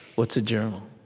what's a journal?